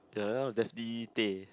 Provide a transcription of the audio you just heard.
Defty Tay